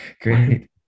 Great